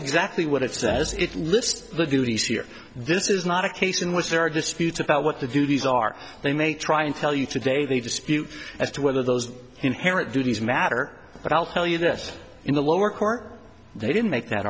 exactly what it says it lists the duties here this is not a case in which there are disputes about what the duties are they may try and tell you today the dispute as to whether those inherent duties matter but i'll tell you this in the lower court they didn't make that